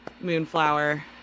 Moonflower